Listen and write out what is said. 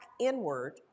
inward